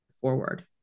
forward